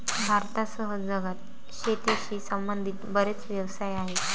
भारतासह जगात शेतीशी संबंधित बरेच व्यवसाय आहेत